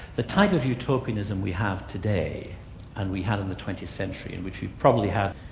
the type of utopianism we have today and we had in the twentieth century, in which you probably have,